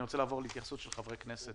אני רוצה לעבור להתייחסויות של חברי הכנסת.